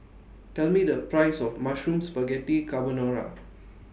Tell Me The Price of Mushroom Spaghetti Carbonara